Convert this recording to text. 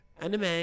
Anime